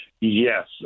Yes